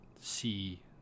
see